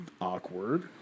awkward